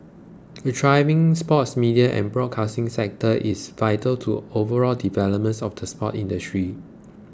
a thriving sports media and broadcasting sector is vital to overall developments of the sports industry